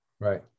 Right